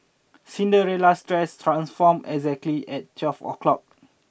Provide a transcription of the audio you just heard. Cinderella's dress transformed exactly at twelve o'clock